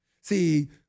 See